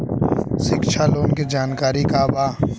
शिक्षा लोन के जानकारी का बा?